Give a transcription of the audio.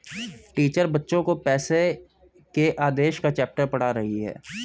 teacher बच्चो को पैसे के आदेश का चैप्टर पढ़ा रही हैं